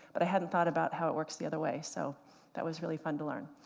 but i hadn't thought about how it works the other way. so that was really fun to learn.